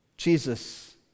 Jesus